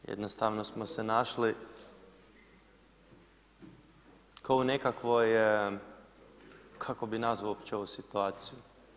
Jednostavno smo se našli kao u nekakvoj, kako bih nazvao uopće ovu situaciju.